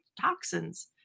Toxins